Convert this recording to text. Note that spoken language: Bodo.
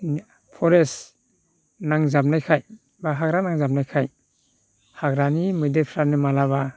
फरेस्ट नांजाबनायखाय एबा हाग्रा नांजाबनायखाय हाग्रानि मैदेरफ्रानो माब्लाबा